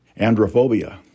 Androphobia